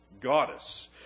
goddess